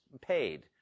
paid